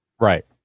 Right